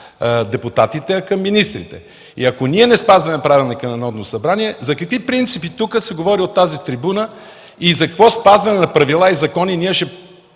депутатите, а към министрите. Ако ние не спазваме Правилника на Народното събрание, за какви принципи се говори от трибуната, за какво спазване на правила и закони от